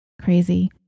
Crazy